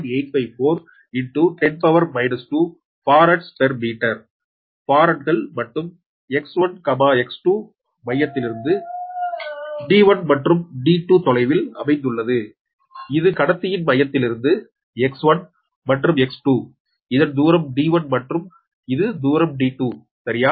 854 10 12 parts per metre ஃபாரட்கள் மற்றும் X1 X2 மையத்திலிருந்து D1 மற்றும் D2 தொலைவில் அமைந்துள்ளது இது கடத்தியின் மையத்திலிருந்து X1 மற்றும் X2 இதன் தூரம் D1 மற்றும் இது தூரம் D2 சரியா